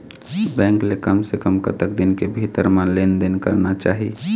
Bank ले कम से कम कतक दिन के भीतर मा लेन देन करना चाही?